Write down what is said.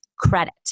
credit